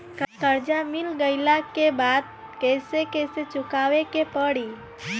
कर्जा मिल गईला के बाद कैसे कैसे चुकावे के पड़ी?